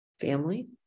family